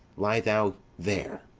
lie thou there,